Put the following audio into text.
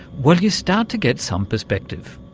well, you start to get some perspective.